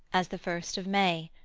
as the first of may,